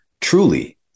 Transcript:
truly